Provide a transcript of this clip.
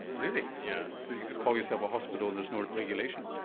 really. yeah so you just call yourself a hospital and there's no regulation?